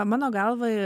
mano galva